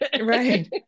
right